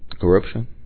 Corruption